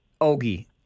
Ogie